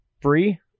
free